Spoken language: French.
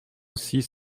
six